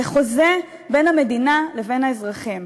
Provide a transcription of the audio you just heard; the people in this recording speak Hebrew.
זה חוזה בין המדינה לבין האזרחים.